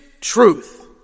truth